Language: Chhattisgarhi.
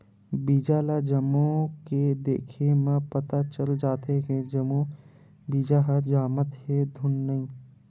बीजा ल जमो के देखे म पता चल जाथे के जम्मो बीजा ह जामत हे धुन नइ